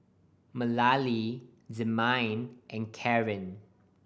Mallie Demian and Caren